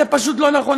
זה פשוט לא נכון.